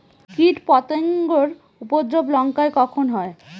কীটপতেঙ্গর উপদ্রব লঙ্কায় কখন হয়?